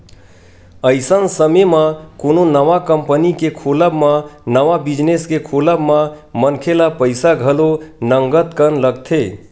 अइसन समे म कोनो नवा कंपनी के खोलब म नवा बिजनेस के खोलब म मनखे ल पइसा घलो नंगत कन लगथे